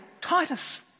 Titus